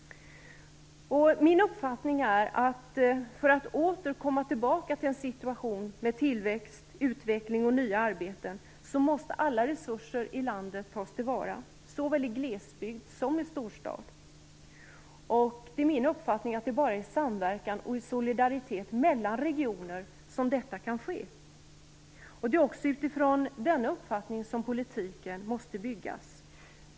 Min uppfattning är att för att vi åter skall komma tillbaka till en situation med tillväxt, utveckling och nya arbeten måste alla resurser i landet tas till vara, såväl i glesbygd som i storstad. Det är min uppfattning att det bara är i samverkan och i solidaritet mellan regioner som detta kan ske. Det är också utifrån denna uppfattning som politiken måste byggas.